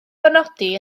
benodi